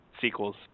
sequels